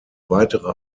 weitere